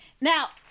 now